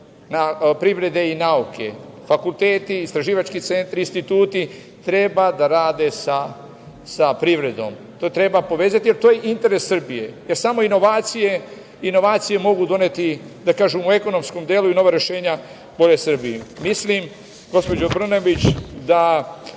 privrede i nauke, fakulteti, istraživački centri, instituti treba da rade sa privredom. To treba povezati, jer je to interes Srbije, jer samo inovacije mogu doneti, da kažem u ekonomskom delu i nova rešenja, bolje Srbiji. Mislim, gospođo Brnabić, i